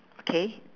okay